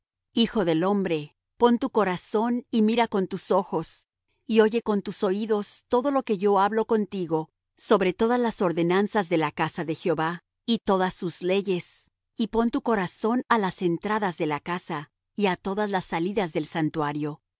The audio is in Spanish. hijo del hombre pon tu corazón y mira con tus ojos y oye con tus oídos todo lo que yo hablo contigo sobre todas las ordenanzas de la casa de jehová y todas sus leyes y pon tu corazón á las entradas de la casa y á todas las salidas del santuario y